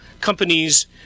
companies